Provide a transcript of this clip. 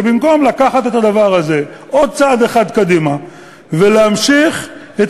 ובמקום לקחת את הדבר הזה עוד צעד אחד קדימה ולהמשיך את